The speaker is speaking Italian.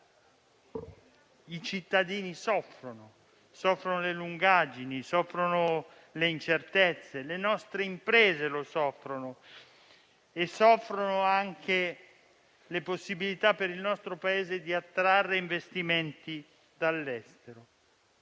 i cittadini soffrono. Soffrono per le lungaggini e per le incertezze. Le nostre imprese soffrono come anche le possibilità per il nostro Paese di attrarre investimenti dall'estero.